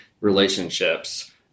relationships